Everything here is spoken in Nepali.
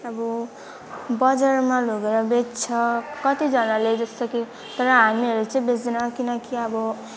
अब बजारमा लगेर बेच्छ कतिजनाले जस्तो कि तर हामीहरू बेच्दैनौँ किनकि अब